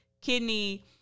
kidney